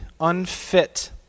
unfit